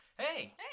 Hey